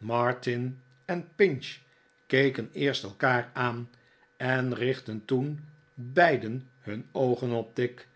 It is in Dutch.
martin en pinch keken eerst elkaar aan en richtten toen beiden hun oogen op tigg